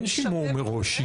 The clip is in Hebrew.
אין שימור מראש.